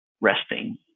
resting